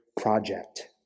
project